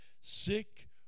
sick